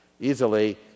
easily